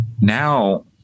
now